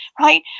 right